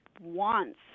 wants